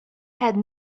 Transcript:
had